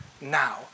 now